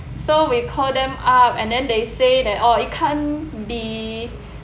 so we call them up and then they say that orh it can't be